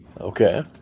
Okay